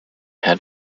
had